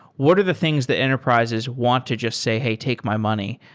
what are the things the enterprises want to just say, hey, take my money,